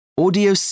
Audio